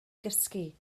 gysgu